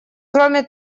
кроме